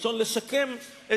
מלשון "לשקם",